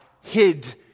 hid